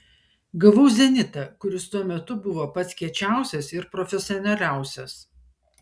gavau zenitą kuris tuo metu buvo pats kiečiausias ir profesionaliausias